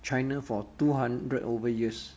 china for two hundred over years